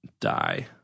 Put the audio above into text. die